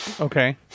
Okay